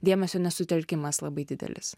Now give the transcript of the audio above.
dėmesio nesutelkimas labai didelis